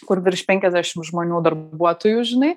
kur virš penkiasdešim žmonių darbuotojų žinai